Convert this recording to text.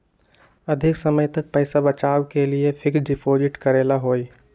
अधिक समय तक पईसा बचाव के लिए फिक्स डिपॉजिट करेला होयई?